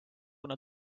une